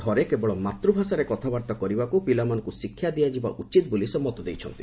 ଘରେ କେବଳ ମାତୃଭାଷାରେ କଥାବାର୍ତ୍ତା କରିବାକୁ ପିଲାମାନଙ୍କୁ ଶିକ୍ଷା ଦିଆଯିବା ଉଚିତ ବୋଲି ସେ ମତ ଦେଇଛନ୍ତି